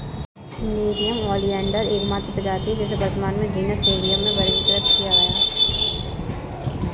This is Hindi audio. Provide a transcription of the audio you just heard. नेरियम ओलियंडर एकमात्र प्रजाति है जिसे वर्तमान में जीनस नेरियम में वर्गीकृत किया गया है